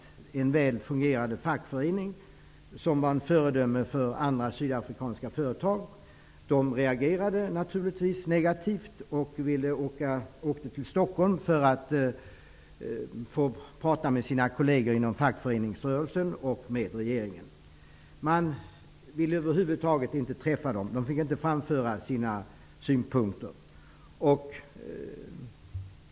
Den väl fungerande fackföreningen -- vilket var en fördel framför andra Sydafrikanska företag -- reagerade naturligtvis negativt och åkte till Stockholm för att få tala med sina kolleger inom fackföreningsrörelsen och med regeringen. Man ville över huvud taget inte träffa dem. De fick inte framföra sina synpunkter.